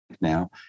now